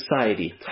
society